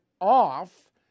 off